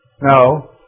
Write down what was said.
No